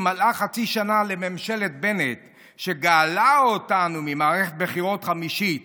מלאה חצי שנה לממשלת בנט שגאלה אותנו ממערכת בחירות חמישית